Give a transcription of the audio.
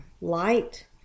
light